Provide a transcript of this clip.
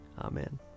Amen